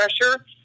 pressure